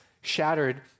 shattered